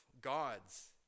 gods